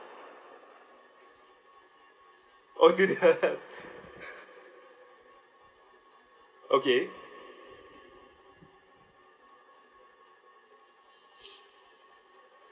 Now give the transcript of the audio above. oh serious okay